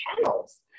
channels